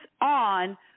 on